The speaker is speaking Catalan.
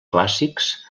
clàssics